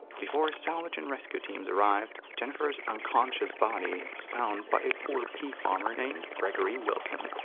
before salvage and rescue teams arrived, jennifer's unconscious body was found by a poor pea farmer named gregory wilson.